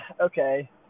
okay